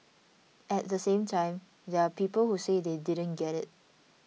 at the same time there are people who say they didn't get it